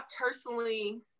personally